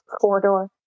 corridor